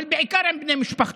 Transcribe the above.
אבל בעיקר עם בני משפחתו,